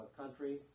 country